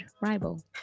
rival